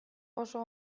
oso